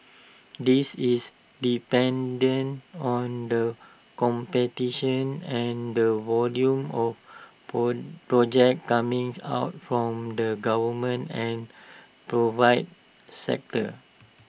this is dependent on the competition and the volume of poor projects comings out from the government and provide sector